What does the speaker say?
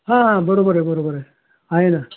हां हां बरोबर आहे बरोबर आहे आहे ना